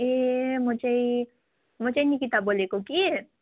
ए म चाहिँ म चाहिँ निकिता बोलेको कि